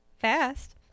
Fast